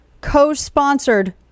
co-sponsored